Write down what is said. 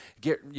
get